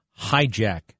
hijack